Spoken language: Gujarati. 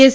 એસ